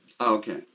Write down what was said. Okay